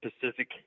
Pacific